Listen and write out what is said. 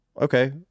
okay